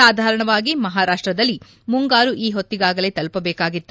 ಸಾಧಾರಣವಾಗಿ ಮಹಾರಾಷ್ಷದಲ್ಲಿ ಮುಂಗಾರು ಈ ಹೊತ್ತಿಗಾಗಲೇ ತಲುಪಬೇಕಾಗಿತ್ತು